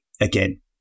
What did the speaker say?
again